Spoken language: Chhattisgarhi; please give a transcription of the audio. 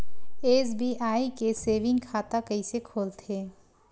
एस.बी.आई के सेविंग खाता कइसे खोलथे?